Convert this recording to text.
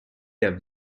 have